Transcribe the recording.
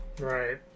Right